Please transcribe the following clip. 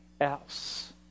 else